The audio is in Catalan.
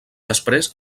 després